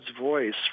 voice